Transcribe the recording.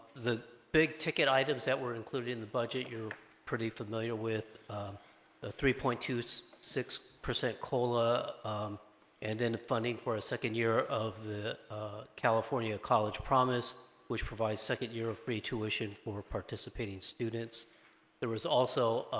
the big-ticket items that were included in the budget you're pretty familiar with ah three point two is six percent cola and then funding for a second year of the california college promise which provides second year of free tuition for participating students there was also